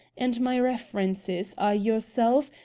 and my references are yourself,